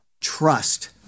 trust